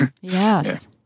Yes